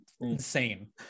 insane